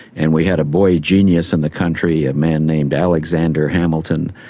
and we had a boy genius in the country, a man named alexander hamilton,